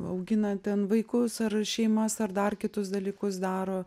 augina ten vaikus ar šeimas ar dar kitus dalykus daro